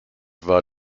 war